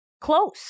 close